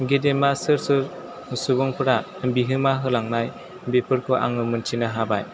गेदेमा सोर सोर सुबुंफोरा बिहोमा होलांनाय बेफोरखौ आङो मिन्थिनो हाबाय